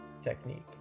technique